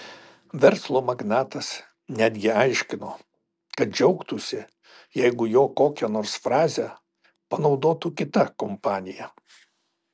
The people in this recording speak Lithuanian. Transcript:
verslo magnatas netgi aiškino kad džiaugtųsi jeigu jo kokią nors frazę panaudotų kita kompanija